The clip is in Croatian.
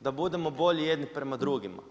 da budemo bolji jedni prema drugima.